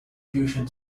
fusion